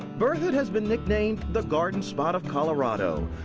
berthoud has been nicknamed the garden spot of colorado.